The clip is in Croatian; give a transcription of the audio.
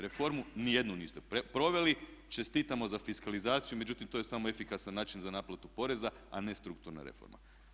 Reformu ni jednu niste proveli, čestitamo za fiskalizaciju međutim to je samo efikasan način za naplatu poreza a ne strukturna reforma.